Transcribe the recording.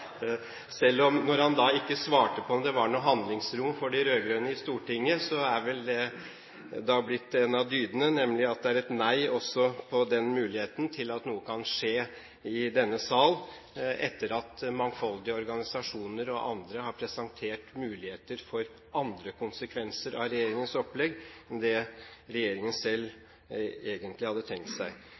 Når han ikke svarte på om det var noe handlingsrom for de rød-grønne i Stortinget, så er vel det blitt en av dydene, nemlig at det er et nei også når det gjelder muligheten til at noe kan skje i denne sal etter at mangfoldige organisasjoner og andre har presentert andre mulige konsekvenser av regjeringens opplegg enn det regjeringen selv egentlig hadde tenkt seg.